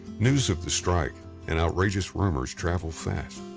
news of the strike and outrageous rumors traveled fast.